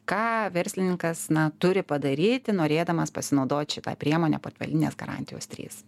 ką verslininkas na turi padaryti norėdamas pasinaudot šita priemonė portfelinės garantijos trys